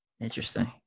Interesting